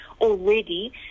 already